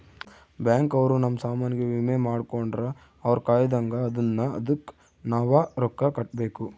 bank ಅವ್ರ ನಮ್ ಸಾಮನ್ ಗೆ ವಿಮೆ ಮಾಡ್ಕೊಂಡ್ರ ಅವ್ರ ಕಾಯ್ತ್ದಂಗ ಅದುನ್ನ ಅದುಕ್ ನವ ರೊಕ್ಕ ಕಟ್ಬೇಕು